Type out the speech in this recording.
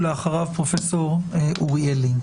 ואחריו אוריאל לין.